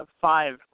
five